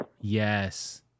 Yes